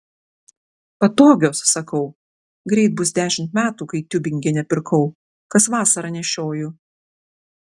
patogios sakau greit bus dešimt metų kai tiubingene pirkau kas vasarą nešioju